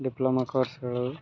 diploma ಕೋರ್ಸ್ಗಳು